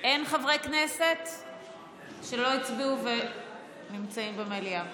אין חברי כנסת שלא הצביעו ונמצאים במליאה.